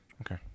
Okay